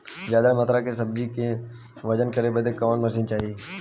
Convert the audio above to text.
ज्यादा मात्रा के सब्जी के वजन करे बदे कवन मशीन चाही?